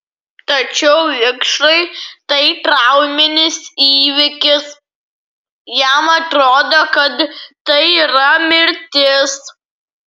tačiau vikšrui tai trauminis įvykis jam atrodo kad tai yra mirtis